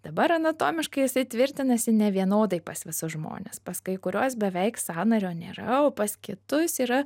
dabar anatomiškai jisai tvirtinasi nevienodai pas visus žmones pas kai kuriuos beveik sąnario nėra o pas kitus yra